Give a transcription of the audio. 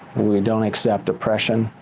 we don't accept depression.